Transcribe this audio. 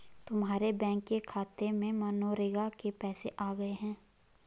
तुम्हारे बैंक के खाते में मनरेगा के पैसे आ गए हैं